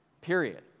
period